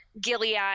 Gilead